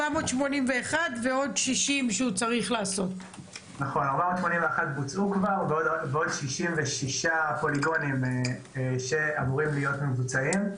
481 פוליגונים בוצעו כבר ועוד 66 פוליגונים שאמורים להיות מבוצעים.